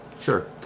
Sure